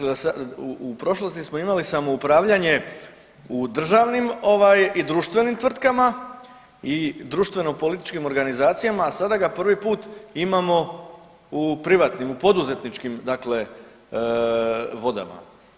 U prošlosti smo imali samoupravljanje u državnim i društvenim tvrtkama i društvenopolitičkim organizacijama, a sada ga prvi put imamo u privatnim u poduzetničkim vodama.